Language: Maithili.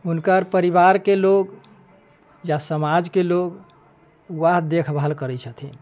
हुनकर परिवारके लोक या समाजके लोक उएह देखभाल करै छथिन